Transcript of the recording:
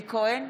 אלי כהן,